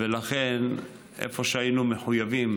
ולכן, איפה שהיינו מחויבים